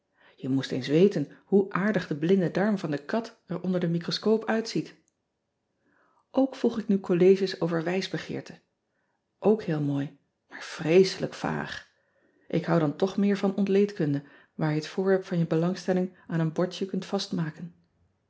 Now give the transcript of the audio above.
e moest eens weten hoe aardig de blinde darm van den kat er onder den microscoop uitziet ok volg ik nu colleges over wijsbegeerte ok heel mooi maar vreeselijk vaag k houd dan toch meer van ontleedkunde waar je het voorwerp van je belangstelling aan een bordje kunt vastmaken